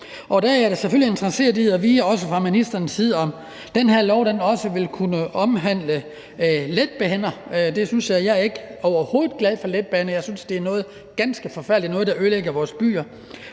Der er jeg da selvfølgelig interesseret i at høre, også fra ministerens side, om den her lov også vil kunne omhandle letbaner. Jeg er overhovedet ikke glad for letbaner. Jeg synes, det er noget ganske forfærdeligt noget, der ødelægger vores byer,